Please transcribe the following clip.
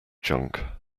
junk